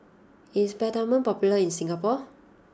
is Peptamen popular in Singapore